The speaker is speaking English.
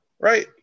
right